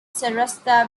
sarasota